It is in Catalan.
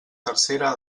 tercera